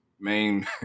main